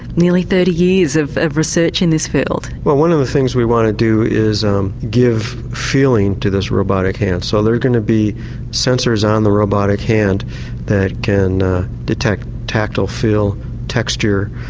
nearly thirty years of of research in this field? well one of the things we want to do is give feeling to this robotic hand so there's going to be sensors on the robotic hand that can detect tactile, feel texture,